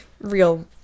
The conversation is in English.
real